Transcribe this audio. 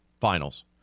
Finals